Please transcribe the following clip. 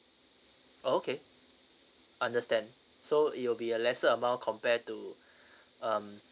okay understand so it will be a lesser amount compare to um